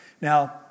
Now